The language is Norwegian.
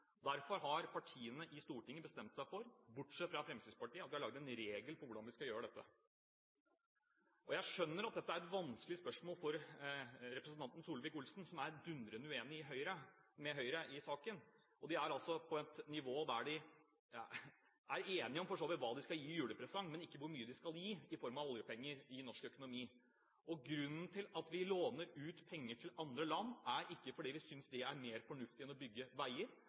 Derfor har partiene på Stortinget, bortsett fra Fremskrittspartiet, bestemt seg for at vi skal ha en regel for hvordan vi skal gjøre dette. Jeg skjønner at dette er et vanskelig spørsmål for representanten Solvik-Olsen, som er dundrende uenig med Høyre i saken. De er altså på et nivå der de for så vidt er enige om hva de skal gi i julepresang, men ikke hvor mye de skal gi i form av oljepenger til norsk økonomi. Grunnen til at vi låner ut penger til andre land, er ikke fordi vi synes det er mer fornuftig enn å bygge veier.